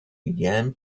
began